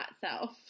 self